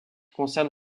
concerne